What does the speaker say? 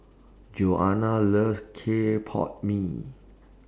Joana loves Clay Pot Mee